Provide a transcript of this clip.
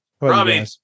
Robbie